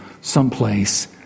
someplace